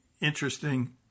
interesting